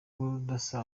budasa